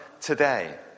today